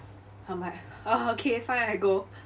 I'm like oh okay fine I go